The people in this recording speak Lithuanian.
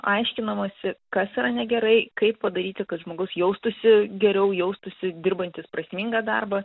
aiškinamasi kas yra negerai kaip padaryti kad žmogus jaustųsi geriau jaustųsi dirbantis prasmingą darbą